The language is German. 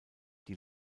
die